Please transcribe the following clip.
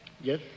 Yes